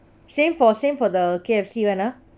same for same for the K_F_C [one] ah